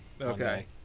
Okay